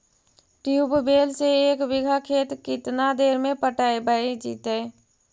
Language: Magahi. ट्यूबवेल से एक बिघा खेत केतना देर में पटैबए जितै?